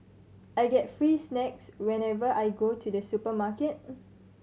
I get free snacks whenever I go to the supermarket